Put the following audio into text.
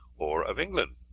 or of england.